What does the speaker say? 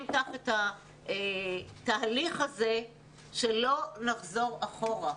את התהליך הזה כך שלא נחזור אחורה.